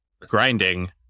grinding